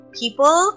people